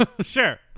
Sure